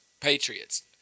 Patriots